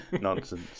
Nonsense